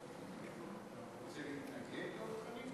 הוא רוצה להתנגד, דב חנין?